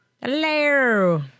Hello